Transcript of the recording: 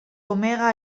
omega